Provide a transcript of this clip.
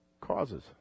causes